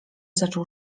zaczął